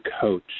coach